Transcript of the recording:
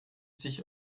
sich